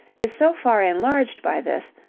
is so far enlarged by this,